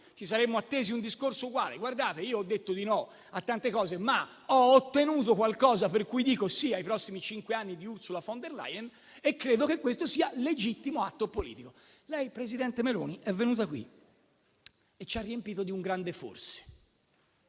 ci saremmo attesi un discorso uguale: ho detto di no a tante cose, ma ho ottenuto qualcosa per cui dico sì ai prossimi cinque anni di Ursula von der Leyen e credo che questo sia un legittimo atto politico. Lei, presidente Meloni, è venuta qui e ci ha riempito di un grande forse.